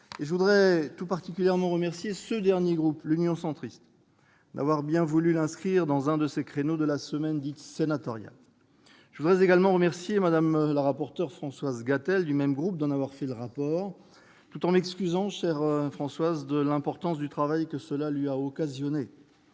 Je voudrais tout particulièrement remercier ce dernier groupe, l'Union Centriste, d'avoir bien voulu inscrire dans un de ses créneaux de la semaine dite sénatoriale. Je voudrais également remercier Mme Françoise Gatel, issue de ce même groupe, d'en avoir fait le rapport, tout en m'excusant auprès d'elle de l'importance du travail que cela lui a causé.